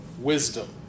wisdom